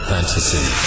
Fantasy